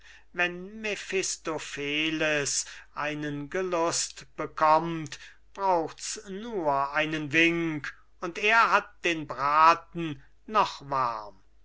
wenn mephistopheles einen gelust bekommt brauchts nur einen wink und er hat den braten noch